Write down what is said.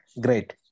Great